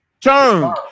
turn